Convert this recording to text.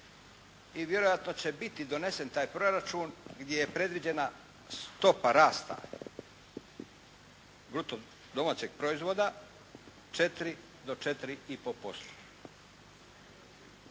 i vjerojatno će biti donesen taj proračun gdje je predviđena stopa rasta bruto domaćeg proizvoda četiri